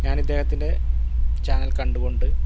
ഞാന് ഇദ്ദേഹത്തിന്റെ ചാനല് കണ്ടു കൊണ്ട്